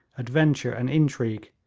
adventure and intrigue,